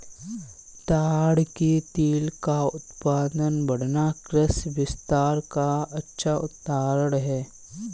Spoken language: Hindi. ताड़ के तेल का उत्पादन बढ़ना कृषि विस्तार का अच्छा उदाहरण है